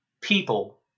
people